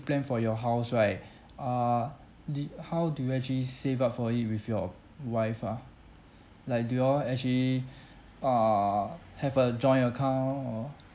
plan for your house right err the how do you actually save up for it with your wife ah like do you all actually err have a joint account or